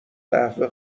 قهوه